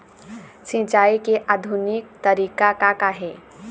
सिचाई के आधुनिक तरीका का का हे?